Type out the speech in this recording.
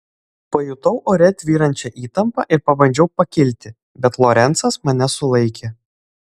pajutau ore tvyrančią įtampą ir pabandžiau pakilti bet lorencas mane sulaikė